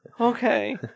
Okay